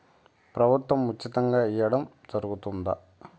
ప్రభుత్వం ఉచితంగా ఇయ్యడం జరుగుతాదా?